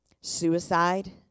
suicide